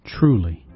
Truly